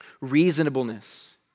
reasonableness